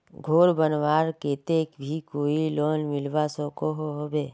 घोर बनवार केते भी कोई लोन मिलवा सकोहो होबे?